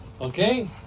okay